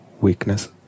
weakness